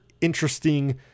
interesting